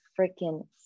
freaking